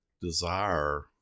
desire